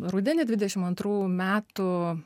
rudenį dvidešim antrų metų